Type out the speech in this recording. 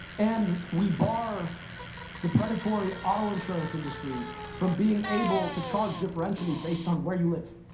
and we bar the predatory auto insurance industry from being able to charge differentially based on where you live,